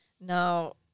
Now